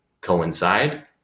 coincide